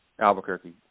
Albuquerque